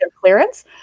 clearance